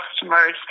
customers